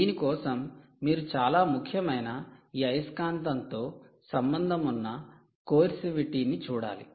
దీని కోసం మీరు చాలా ముఖ్యమైన ఈ అయస్కాంతంతో సంబంధం ఉన్న కోర్సివిటీ ను చూడాలి